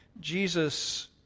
Jesus